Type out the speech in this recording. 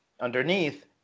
underneath